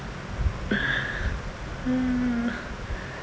mm